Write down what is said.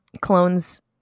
clones